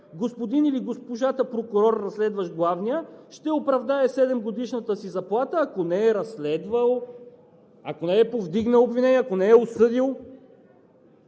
господин или госпожата прокурор, разследващ главния, ще оправдае седемгодишната си заплата, ако не е разследвал, ако не е повдигнал обвинение, ако не е осъдил?